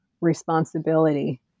responsibility